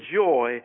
joy